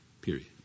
Period